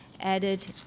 added